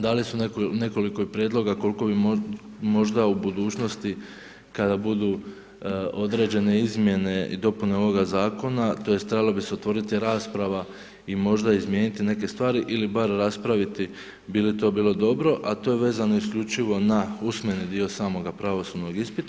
Dali su i nekoliko prijedloga koliko bi možda u budućnosti kada budu određene izmjene i dopune ovoga zakona, tj. trebalo bi se otvoriti rasprava i možda izmijeniti neke stvari ili bar raspraviti bili to bilo dobro, a to je vezano isključivo na usmeni dio samoga pravosudnog ispita.